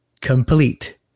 Complete